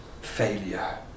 failure